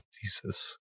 thesis